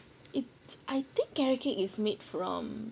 it I think carrot cake is made from